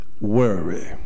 worry